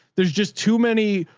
there's just too many.